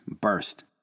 burst